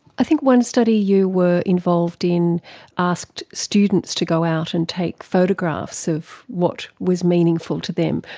i think one study you were involved in asked students to go out and take photographs of what was meaningful to them.